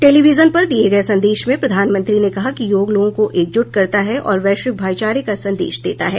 television पर दिये संदेश में प्रधानमंत्री ने कहा कि योग लोगों को एकजुट करता है और वैश्विक भाइचारे का संदेश देता है